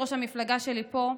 יושבת-ראש המפלגה שלי, פה.